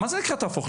מה זאת אומרת?